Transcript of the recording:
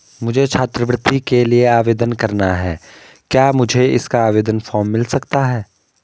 मुझे छात्रवृत्ति के लिए आवेदन करना है क्या मुझे इसका आवेदन फॉर्म मिल सकता है?